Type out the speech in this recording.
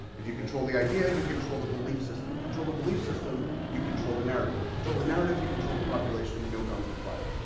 if you control the idea, you control the belief system. control the belief system, you control the narrative. control the narrative, you control the population. no guns were fired,